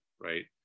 right